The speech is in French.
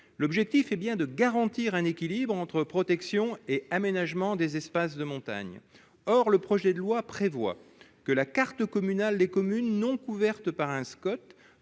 l'objectif est bien de garantir un équilibre entre protection et aménagement des espaces de montagne, or le projet de loi prévoit que la carte communale, les communes non couvertes par un Scott